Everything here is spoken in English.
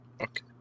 Okay